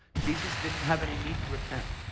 jesus didn't have any need to repent,